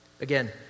Again